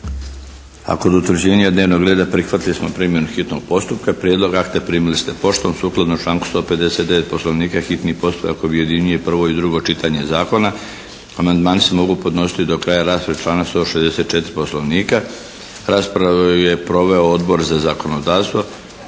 kod utvrđenja dnevnog reda prihvatili smo primjenu hitnog postupka. Prijedlog akta primili ste poštom. Sukladno članku 159. Poslovnika hitni postupak objedinjuje prvo i drugo čitanje Zakona. Amandmani se mogu podnositi do kraja rasprave, članak 164. Poslovnika. Raspravu je proveo Odbor za zakonodavstvo.